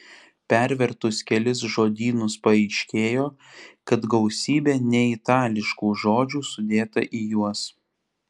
pervertus kelis žodynus paaiškėjo kad gausybė neitališkų žodžių sudėta į juos